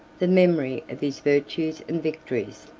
the memory of his virtues and victories.